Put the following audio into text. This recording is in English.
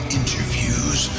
interviews